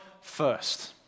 first